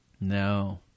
No